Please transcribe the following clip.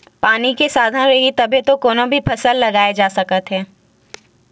पानी के साधन रइही तभे तो कोनो भी फसल लगाए जा सकत हवन